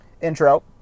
intro